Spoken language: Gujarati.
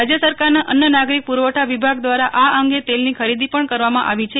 રાજ્ય સરકારના અન્ન નાગરિક પુરવઠા વિભાગ દ્વારા આ અંગે તેલની ખરીદી પણ કરવામાં આવી છે